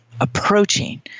approaching